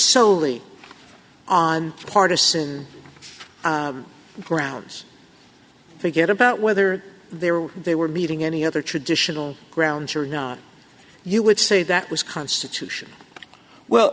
solely on partisan arounds forget about whether they were they were meeting any other traditional grounds or not you would say that was constitution well